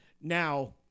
Now